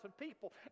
people